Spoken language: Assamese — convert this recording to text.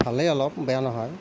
ভালেই অলপ বেয়া নহয়